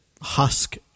husk